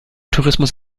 tourismus